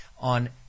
on